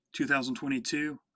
2022